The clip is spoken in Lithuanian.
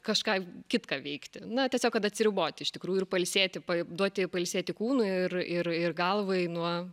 kažką kitką veikti na tiesiog kad atsiriboti iš tikrųjų ir pailsėti duoti pailsėti kūnui ir ir ir galvai nuo